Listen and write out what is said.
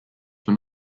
were